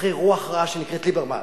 אחרי רוח רעה שנקראת ליברמן,